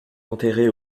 enterré